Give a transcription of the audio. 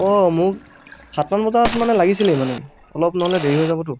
অঁ মোক সাতটামান বজাত মানে লাগিছিলেই মানে অলপ ন'হলে দেৰি হৈ যাবতো